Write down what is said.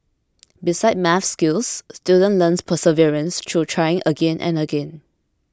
besides maths skills students learn perseverance through trying again and again